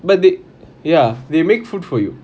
but the ya they make food for you